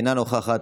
אינה נוכחת,